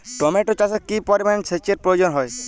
Tomato চাষে কি পরিমান সেচের প্রয়োজন?